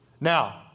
Now